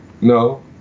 no